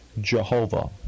Jehovah